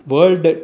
World